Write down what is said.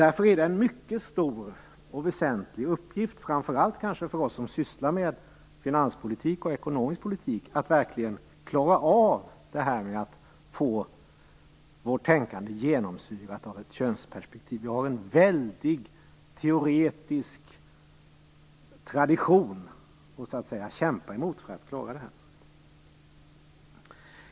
Därför är det en mycket stor och väsentlig uppgift, kanske framför allt för oss som sysslar med finanspolitik och ekonomisk politik, att verkligen klara av att få vårt tänkande genomsyrat av ett könsperspektiv. Vi har en väldig, teoretisk tradition att kämpa emot för att klara det.